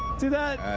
to that.